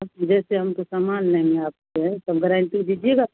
अब जैसे हम तो सामान लेंगे आपसे तो आप गारेंटी दीजिएगा